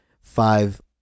five